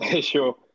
Sure